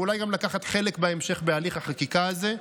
ואולי גם לקחת חלק בהמשך בהליך החקיקה הזה.